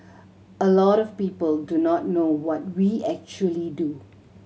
a lot of people do not know what we actually do